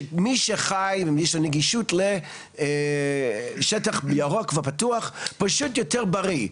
שמי שחי ומי שיש לו נגישות לשטח ירוק ופתוח פשוט יותר בריא,